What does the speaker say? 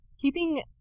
keeping